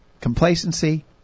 Complacency